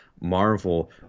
Marvel